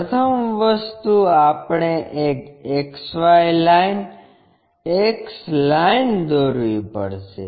પ્રથમ વસ્તુ આપણે એક XY લાઇન X લાઇન દોરવી પડશે